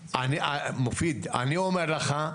מופיד, אני אומר לך,